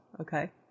Okay